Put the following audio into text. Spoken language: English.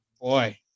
boy